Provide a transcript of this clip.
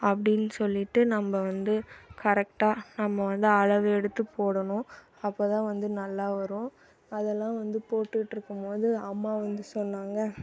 அப்படின்னு சொல்லிவிட்டு நம்ம வந்து கரெக்டாக நம்ம வந்து அளவு எடுத்து போடணும் அப்போ தான் வந்து நல்லா வரும் அதெலாம் வந்து போட்டுட்டுருக்கும் போது அம்மா வந்து சொன்னாங்க